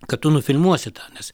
kad tu nufilmuosi tą nes